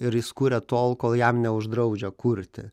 ir jis kuria tol kol jam neuždraudžia kurti